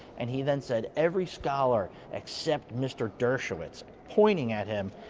and he then said every scholar except mister dershowitz, pointing at him,